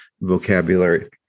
vocabulary